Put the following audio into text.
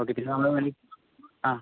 okay തിരിച്ച് ആ